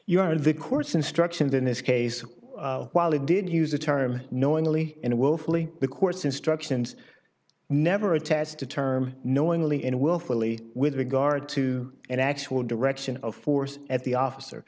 you are the court's instructions in this case while it did use the term knowingly and willfully the court's instructions never attached to term knowingly and willfully with regard to an actual direction of force at the officer